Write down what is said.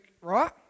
right